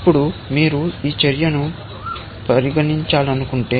ఇప్పుడు మీరు ఈ చర్యను పరిగణించాలనుకుంటే